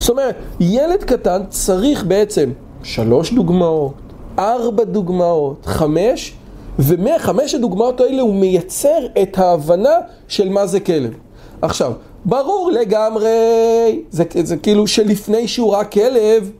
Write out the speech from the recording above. זאת אומרת, ילד קטן צריך בעצם שלוש דוגמאות, ארבע דוגמאות, חמש, ומהחמש הדוגמאות האלה הוא מייצר את ההבנה של מה זה כלב. עכשיו, ברור לגמרי, זה כאילו שלפני שהוא ראה כלב.